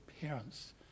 parents